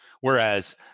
whereas